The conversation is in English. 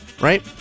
right